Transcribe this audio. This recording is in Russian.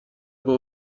было